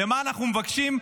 ומה אנחנו מבקשים?